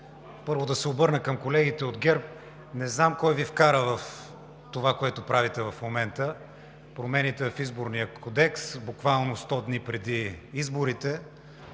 първо да се обърна към колегите от ГЕРБ. Не знам кой Ви вкара в това, което правите в момента – промените в Изборния кодекс буквално 100 дни преди изборите,